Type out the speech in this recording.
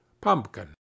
pumpkin